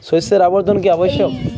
শস্যের আবর্তন কী আবশ্যক?